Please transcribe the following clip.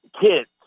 kids